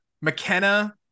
McKenna